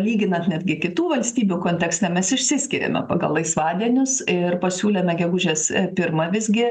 lyginant netgi kitų valstybių kontekste mes išsiskiriame pagal laisvadienius ir pasiūlėme gegužės pirmą visgi